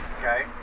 Okay